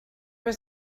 was